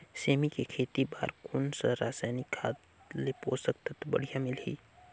सेमी के खेती बार कोन सा रसायनिक खाद ले पोषक तत्व बढ़िया मिलही?